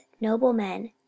noblemen